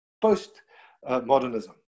post-modernism